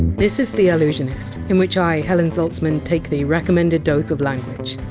this is the allusionist, in which i, helen zaltzman, take the recommended dose of language.